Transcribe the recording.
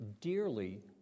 dearly